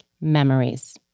memories